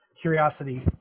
Curiosity